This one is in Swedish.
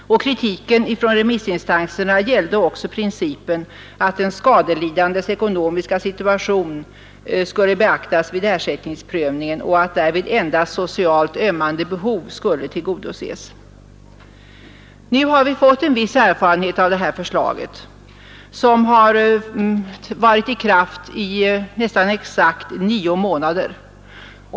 Kritiken från remissinstanserna gällde också principen att den skadelidandes ekonomiska situation skulle beaktas vid ersättningsprövningen och att därvid endast socialt ömmande behov skulle tillgodoses. Nu har vi fått en viss erfarenhet av detta system, som har varit i kraft nästan exakt nio månader.